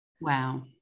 Wow